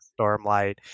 Stormlight